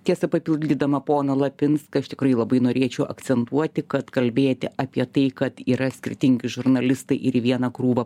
tiesa papildydama poną lapinską aš tikrai labai norėčiau akcentuoti kad kalbėti apie tai kad yra skirtingi žurnalistai ir į vieną krūvą